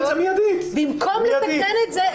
במקום לתקן את זה,